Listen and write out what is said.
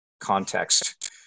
context